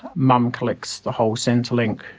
mum collects the whole centrelink,